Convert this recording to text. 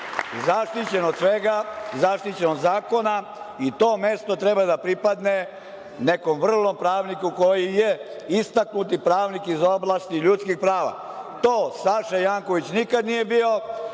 zaštićen od svega, zaštićen od zakona i to mesto treba da pripadne nekom vrlom pravniku koji je istaknuti pravnik iz oblasti ljudskih prava. To Saša Janković nikada nije bio.